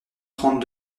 trente